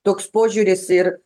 toks požiūris ir